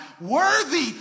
worthy